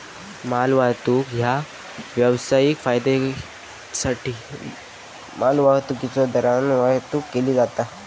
मालवाहतूक ह्या व्यावसायिक फायद्योसाठी मालवाहतुकीच्यो दरान वाहतुक केला जाता